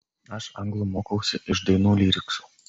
aš anglų mokausi iš dainų lyriksų